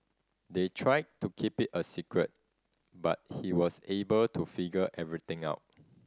they tried to keep it a secret but he was able to figure everything out